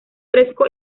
fresco